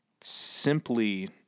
simply